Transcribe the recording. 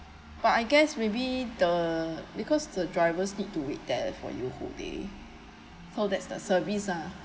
but I guess maybe the because the drivers need to wait there for you whole day so that's the service lah